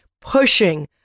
pushing